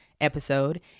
episode